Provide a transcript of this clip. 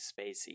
Spacey